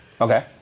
Okay